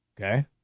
Okay